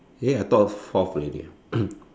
eh I thought fourth already ah